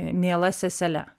miela sesele